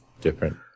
different